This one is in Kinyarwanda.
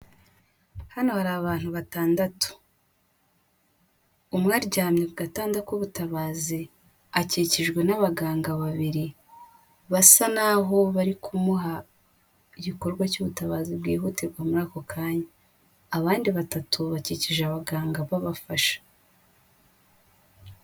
Hano hari abantu batandatu umwe aryamye ku gatanda k'ubutabazi akikijwe n'abaganga babiri basa naho bari kumuha igikorwa cy'ubutabazi bwihutirwa muri ako kanya. Abandi batatu bakikije abaganga babafasha.